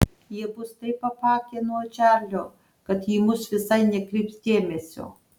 jie bus taip apakę nuo čarlio kad į mus visai nekreips dėmesio